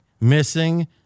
missing